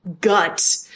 gut